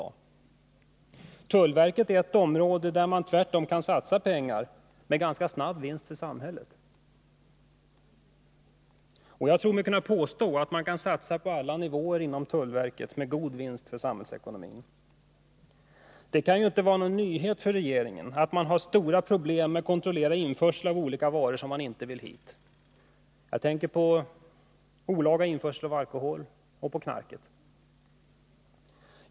Men tullverket är ett område där man tvärtom kan satsa mera pengar med en ganska snabb vinst för samhället. Jag tror mig kunna påstå att man kan satsa på alla nivåer inom tullverket med god vinst för samhällsekonomin som följd. Det kan ju inte vara någon nyhet för regeringen att det för med sig stora problem att kontrollera införseln av olika varor som vi inte vill ha hit. Jag tänker främst på olaga införsel av alkohol och införsel av knark.